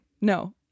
no